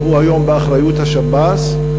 הוא היום באחריות השב"ס.